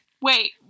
Wait